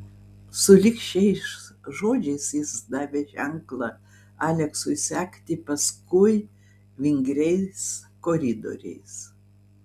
sulig šiais žodžiais jis davė ženklą aleksui sekti paskui vingriais koridoriais